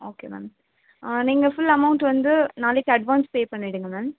okay ma'am ஆ நீங்கள் full amount வந்து நாளைக்கு அட்வான்ஸ் பே பண்ணிவிடுங்க மேம்